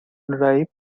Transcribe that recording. ripe